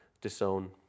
disown